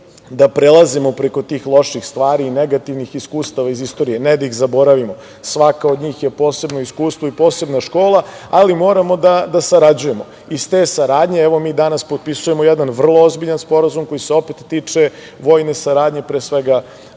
da prelazimo preko tih loših stvari i negativnih iskustava iz istorije, ne da ih zaboravimo, svaka od njih je posebno iskustvo i posebna škola, ali moramo da sarađujemo. Iz te saradnje evo mi danas potpisujemo jedna vrlo ozbiljan Sporazum koji se opet tiče vojne saradnje, pre svega